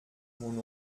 mon